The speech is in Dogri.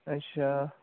अच्छा